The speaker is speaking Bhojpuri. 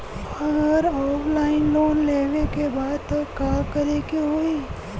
अगर ऑफलाइन लोन लेवे के बा त का करे के होयी?